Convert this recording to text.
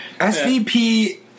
SVP